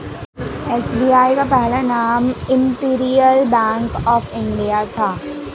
SBI का पहला नाम इम्पीरीअल बैंक ऑफ इंडिया था